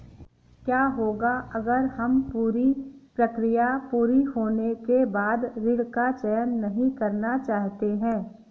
क्या होगा अगर हम पूरी प्रक्रिया पूरी होने के बाद ऋण का चयन नहीं करना चाहते हैं?